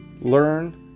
learn